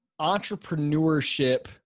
entrepreneurship